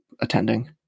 attending